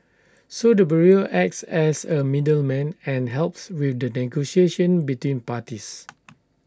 so the bureau acts as A middleman and helps with the negotiation between parties